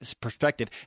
perspective